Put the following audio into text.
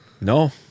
No